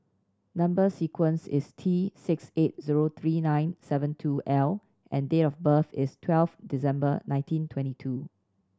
number sequence is T six eight zero three nine seven two L and date of birth is twelve December nineteen twenty two